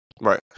right